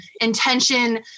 intention